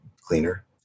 cleaner